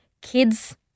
kids